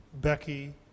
Becky